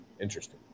Interesting